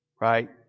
Right